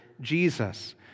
Jesus